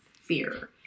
fear